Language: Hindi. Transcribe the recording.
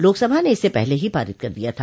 लोकसभा ने इसे पहले ही पारित कर दिया था